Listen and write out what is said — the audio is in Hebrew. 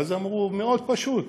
ואז אמרו: מאוד פשוט.